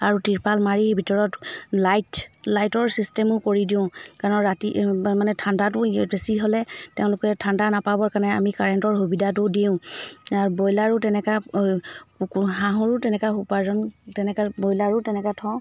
আৰু তিৰপাল মাৰি ভিতৰত লাইট লাইটৰ ছিষ্টেমো কৰি দিওঁ কাৰণ ৰাতি মানে ঠাণ্ডাটো বেছি হ'লে তেওঁলোকে ঠাণ্ডা নাপাবৰ কাৰণে আমি কাৰেণ্টৰ সুবিধাটো দিওঁ আৰু ব্ৰইলাৰো তেনেকৈ কুক হাঁহৰো তেনেকৈ সূ উপাৰ্জন তেনেকৈ ব্ৰইলাৰো তেনেকৈ থওঁ